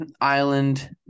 island